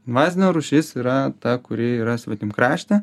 invazinė rūšis yra ta kuri yra svetim kraštė